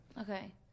okay